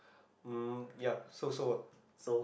um ya so so ah